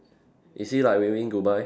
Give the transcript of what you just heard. is he like waving goodbye